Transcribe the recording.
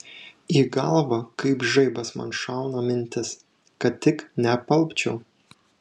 į galvą kaip žaibas man šauna mintis kad tik neapalpčiau